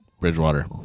Bridgewater